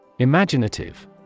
Imaginative